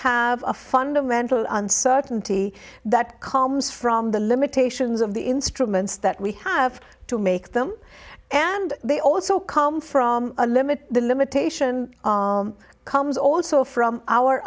have a fundamental uncertainty that comes from the limitations of the instruments that we have to make them and they also come from a limit the limitation comes also from our